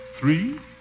Three